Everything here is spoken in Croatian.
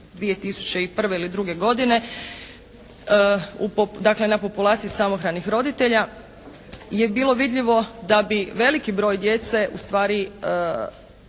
2001. ili 2002. godine, dakle na populaciji samohranih roditelja je bilo vidljivo da bi veliki broj djece ustvari